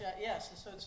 yes